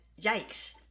yikes